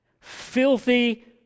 filthy